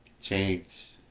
change